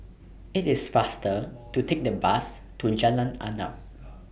IT IS faster to Take The Bus to Jalan Arnap